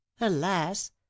Alas